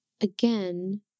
again